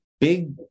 big